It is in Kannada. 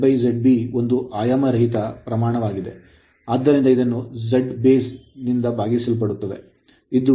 ಆದ್ದರಿಂದ ZZB ಒಂದು ಆಯಾಮರಹಿತ ಪ್ರಮಾಣವಾಗಿದೆ ಆದ್ದರಿಂದ ಇದನ್ನು ಝಡ್ ಬೇಸ್ ನಿಂದ ಭಾಗಿಸಲಾಗುತ್ತದೆ ಇದು ಅರ್ಧದಷ್ಟು